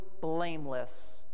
blameless